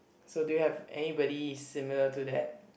so do you have anybody similar to that